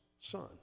son